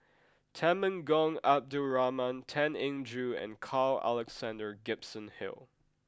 Temenggong Abdul Rahman Tan Eng Joo and Carl Alexander Gibson Hill